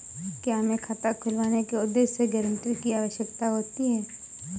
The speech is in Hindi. क्या हमें खाता खुलवाने के उद्देश्य से गैरेंटर की आवश्यकता होती है?